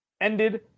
ended